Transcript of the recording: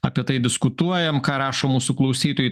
apie tai diskutuojam ką rašo mūsų klausytojai